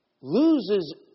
Loses